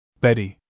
Betty